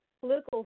political